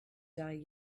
die